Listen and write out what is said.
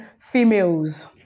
females